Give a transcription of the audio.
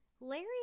Larry